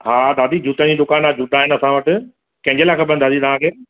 हा दादी जूतनि जी दुकान आहे जूता आहिनि असां वटि कंहिं जे लाइ खपनि दादी तव्हांखे